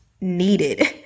Needed